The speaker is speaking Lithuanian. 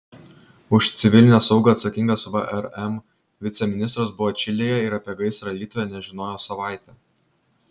už civilinę saugą atsakingas vrm viceministras buvo čilėje ir apie gaisrą alytuje nežinojo savaitę